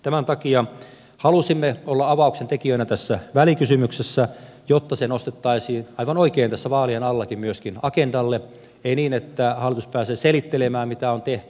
tämän takia halusimme olla avauksen tekijöinä tässä välikysymyksessä jotta se nostettaisiin aivan oikein tässä vaalien allakin myöskin agendalle ei niin että hallitus pääsee selittelemään mitä on tehty